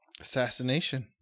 Assassination